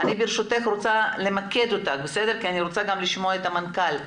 אני ברשותך רוצה למקד אותך כיוון שאני רוצה לשמוע גם את המנכ"ל.